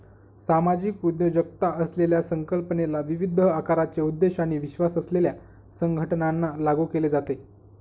सामाजिक उद्योजकता असलेल्या संकल्पनेला विविध आकाराचे उद्देश आणि विश्वास असलेल्या संघटनांना लागू केले जाते